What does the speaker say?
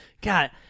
God